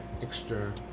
extra